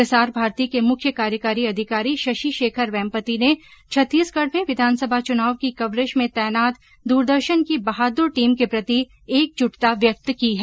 प्रसार भारती के मुख्य कार्यकारी अधिकारी शशि शेखर वेमपति ने छत्तीसगढ़में विघानसभा चुनाव की कवरेज में तैनात दूरदर्शन की बहादुर टीम के प्रति एकजुटता व्यक्त की है